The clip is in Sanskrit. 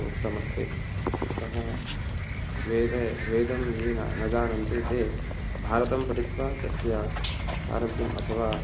उक्तः अस्ति अतः वेदे वेदं ये न न जानन्ति ते भारतं पठित्वा तस्य सारः कः अथवा